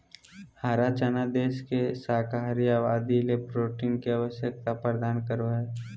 हरा चना देश के शाकाहारी आबादी ले प्रोटीन के आवश्यकता प्रदान करो हइ